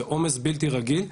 זה עומס בלתי רגיל.